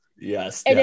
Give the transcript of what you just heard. Yes